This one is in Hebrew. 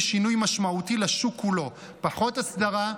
שינוי משמעותי לשוק כולו: פחות אסדרה,